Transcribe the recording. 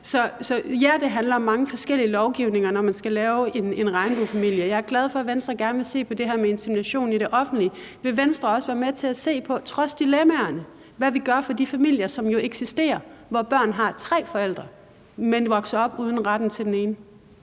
så ja, det handler om mange forskellige lovgivninger, når man skal lave en regnbuefamilie. Jeg er glad for, at Venstre gerne vil se på det her med insemination i det offentlige. Vil Venstre også – trods dilemmaerne – være med til at se på, hvad vi gør for de familier, som jo eksisterer, hvor børn har tre forældre, men vokser op uden retten til den ene?